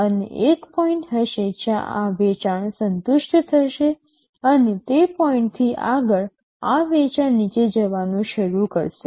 અને એક પોઈન્ટ હશે જ્યાં આ વેચાણ સંતુષ્ટ થશે અને તે પોઈન્ટથી આગળ આ વેચાણ નીચે જવાનું શરૂ કરશે